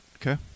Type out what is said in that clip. Okay